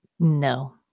No